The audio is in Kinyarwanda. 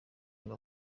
ngo